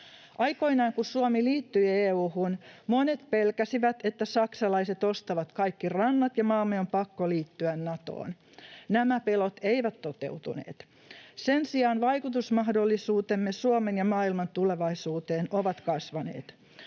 Aikoinaan, kun Suomi liittyi EU:hun, monet pelkäsivät, että saksalaiset ostavat kaikki rannat ja maamme on pakko liittyä Natoon. Nämä pelot eivät toteutuneet. Sen sijaan vaikutusmahdollisuutemme Suomen ja maailman tulevaisuuteen ovat kasvaneet.